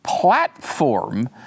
platform